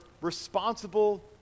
responsible